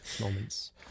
moments